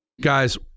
guys